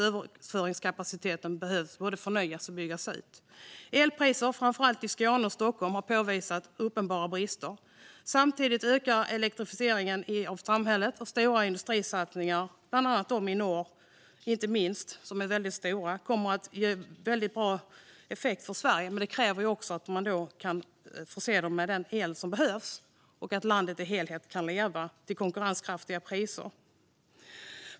Överföringskapaciteten behöver dessutom både förnyas och byggas ut. Elkriser, framför allt i Skåne och i Stockholm, har påvisat uppenbara brister. Samtidigt ökar elektrifieringen av samhället. Stora industrisatsningar - inte minst satsningarna i norr, som är väldigt stora - kommer att ge väldigt bra effekt för Sverige, men detta kräver att man kan förse dem med den el som behövs och att landet som helhet kan leva till konkurrenskraftiga priser.